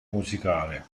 musicale